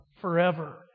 forever